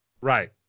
Right